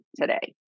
today